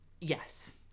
yes